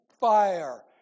fire